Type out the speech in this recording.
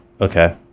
okay